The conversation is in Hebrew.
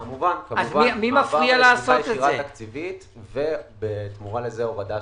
כמובן, מעבר לתמיכה תקציבית ישירה,